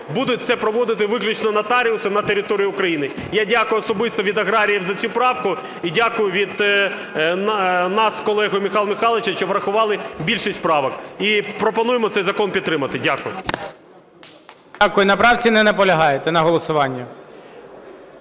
будуть це проводити виключно нотаріуси на території України. Я дякую особисто від аграріїв за цю правку і дякую від нас з колегою, Михайла Михайловича, що врахували більшість правок. І пропонуємо цей закон підтримати. Дякую.